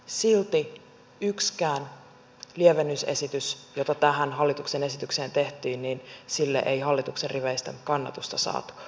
silti yhdellekään lievennysesitykselle joita tähän hallituksen esitykseen tehtiin ei hallituksen riveistä kannatusta saatu